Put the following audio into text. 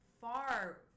far